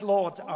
Lord